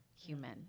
human